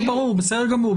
בסדר גמור.